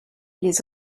les